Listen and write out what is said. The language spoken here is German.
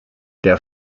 der